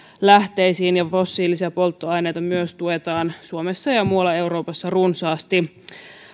lähteisiin ja fossiilisia polttoaineita myös tuetaan suomessa ja muualla euroopassa runsaasti